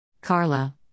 Carla